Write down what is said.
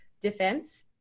defense